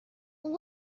come